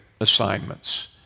assignments